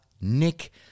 Nick